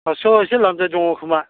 फास्स'आव एसे लानजाइ दङ खोमा